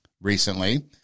recently